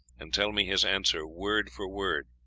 and tell me his answer word for word.